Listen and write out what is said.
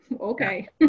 Okay